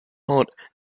heart